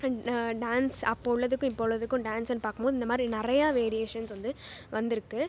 dance அப்போ உள்ளத்துக்கும் இப்போ உள்ளத்துக்கும் டான்ஸ்னு பார்க்கும்போது இந்தமாதிரி நிறைய வேரியேஷன்ஸ் வந்து வந்துருக்குது